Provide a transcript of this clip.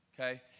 Okay